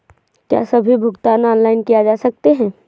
क्या सभी भुगतान ऑनलाइन किए जा सकते हैं?